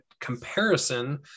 comparison